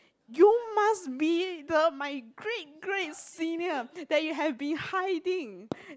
you must be the my great great senior that you have been hiding